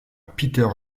peter